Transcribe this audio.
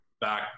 back